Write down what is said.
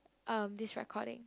um this recording